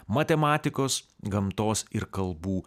matematikos gamtos ir kalbų